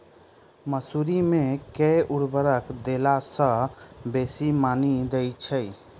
मसूरी मे केँ उर्वरक देला सऽ बेसी मॉनी दइ छै?